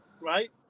right